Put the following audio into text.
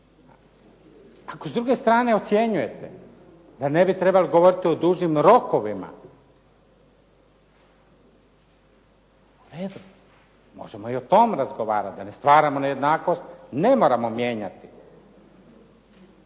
Ako s druge strane ocjenjujete da ne bi trebali govoriti o dužim rokovima, možemo i o tome razgovarat da ne stvaramo nejednakost, ne moramo mijenjati